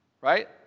right